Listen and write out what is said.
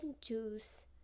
choose